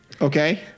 Okay